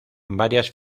varias